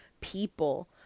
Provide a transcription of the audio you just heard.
people